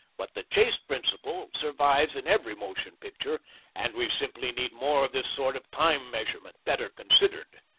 but the chase principle survives in every motion picture and we simply need more of this sort of time measurement, better considered.